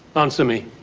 answer me.